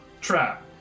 trap